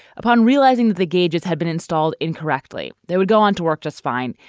upon realizing that the gauges had been installed incorrectly, they would go on to work just fine.